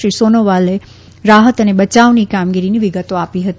શ્રી સોનોવાલે રાહત અને બચાવની કામગીરીની વિગતો આપી હતી